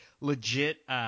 legit –